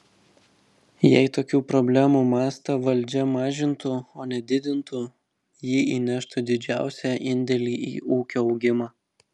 jei tokių problemų mastą valdžia mažintų o ne didintų ji įneštų didžiausią indėlį į ūkio augimą